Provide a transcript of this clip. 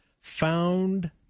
found